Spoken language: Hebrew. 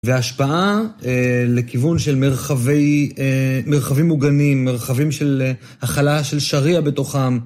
והשפעה לכיוון של מרחבים מוגנים, מרחבים של החלה של שריעה בתוכם.